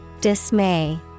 Dismay